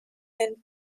end